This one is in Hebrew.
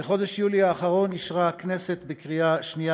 בחודש יולי האחרון אישרה הכנסת בקריאה שנייה